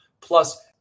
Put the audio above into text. plus